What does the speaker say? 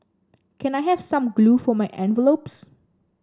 can I have some glue for my envelopes